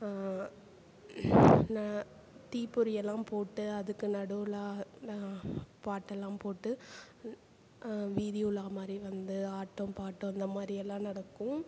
நான் தீப்பொறி எல்லாம் போட்டு அதுக்கு நடுவில நான் பாட்டெல்லாம் போட்டு வீதி உலா மாதிரி வந்து ஆட்டம் பாட்டம் இந்த மாதிரி எல்லாம் நடக்கும்